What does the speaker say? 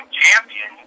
champion